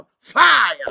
fire